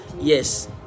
Yes